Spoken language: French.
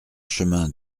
chemin